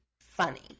funny